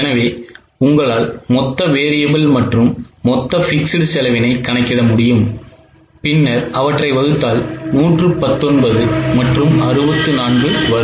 எனவே உங்களால் மொத்த variable மற்றும் மொத்த fixed செலவினை கணக்கிட முடியும் பின்னர் அவற்றை வகுத்தால் 119 மற்றும் 64 வரும்